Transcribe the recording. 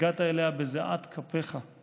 הגעת אליה בזיעת אפיך.